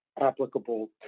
applicable